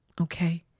Okay